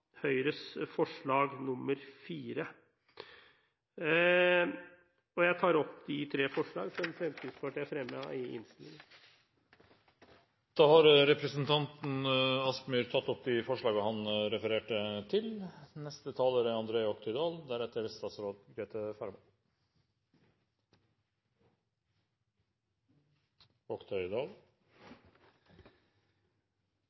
Høyres forslag, nr. 4. Jeg tar opp de tre forslag som Fremskrittspartiet har fremmet i innstillingen. Representanten Hans Frode Kielland Asmyhr har tatt opp de forslag han refererte til.